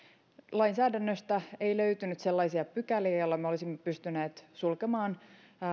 lainsäädännöstämme ei löytynyt sellaisia pykäliä joilla me olisimme pystyneet sulkemaan